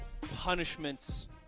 punishments